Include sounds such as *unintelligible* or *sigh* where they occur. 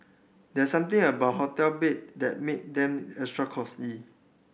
there something about hotel bed that make them extra *unintelligible*